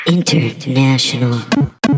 International